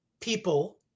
people